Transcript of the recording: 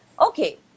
okay